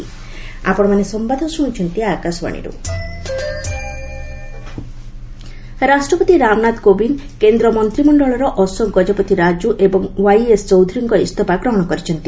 ପ୍ରେକ୍ ରେଜିଗ୍ନେସନ୍ ରାଷ୍ଟ୍ରପତି ରାମନାଥ କୋବିନ୍ଦ୍ କେନ୍ଦ୍ର ମନ୍ତ୍ରିମଣ୍ଡଳର ଅଶୋକ ଗଜପତି ରାଜୁ ଏବଂ ୱାଇ ଏସ୍ ଚୌଧୁରୀଙ୍କ ଇସ୍ତଫା ଗ୍ରହଣ କରିଛନ୍ତି